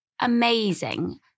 amazing